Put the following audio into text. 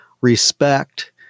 Respect